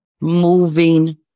moving